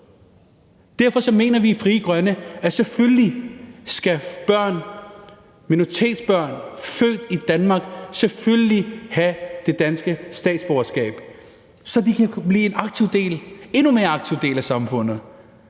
Derfor mener vi i Frie Grønne, at minoritetsbørn født i Danmark selvfølgelig skal have det danske statsborgerskab, så de kan blive en endnu mere aktiv del af samfundet,